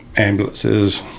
ambulances